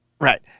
Right